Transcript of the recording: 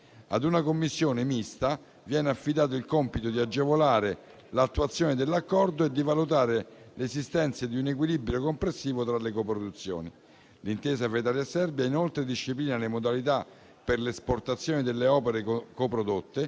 Ad una commissione mista viene affidato il compito di agevolare l'attuazione dell'Accordo e di valutare l'esistenza di un equilibrio complessivo tra le coproduzioni. L'intesa fra Italia e Serbia, inoltre, disciplina le modalità per l'esportazione delle opere coprodotte